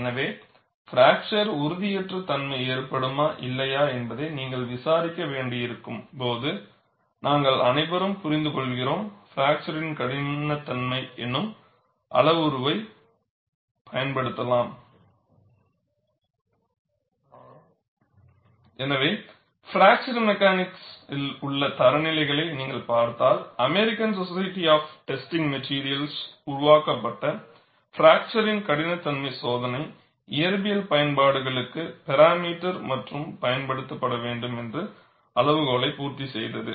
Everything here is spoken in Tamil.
எனவே பிராக்சர் உறுதியற்ற தன்மை ஏற்படுமா இல்லையா என்பதை நீங்கள் விசாரிக்க வேண்டியிருக்கும் போது நாங்கள் அனைவரும் புரிந்துகொள்கிறோம் பிராக்சர் கடினத்தன்மை எனும் அளவுருவைப் பயன்படுத்தலாம் எனவே பிராக்சர் மெக்கானிக்ஸ் உள்ள தர நிலைகளை நீங்கள் பார்த்தால் American Society of Testing Materials உருவாக்கப்பட்ட பிராக்சர் கடினத்தன்மை சோதனை இயற்பியல் பயன்பாடுகளுக்கு பேராமீட்டர் மட்டும் பயன்படுத்தப்பட வேண்டும் என்ற அளவுகோலை பூர்த்தி செய்கிறது